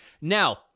Now